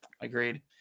Agreed